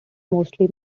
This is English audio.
mostly